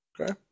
Okay